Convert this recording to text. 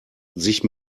sich